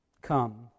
Come